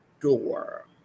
door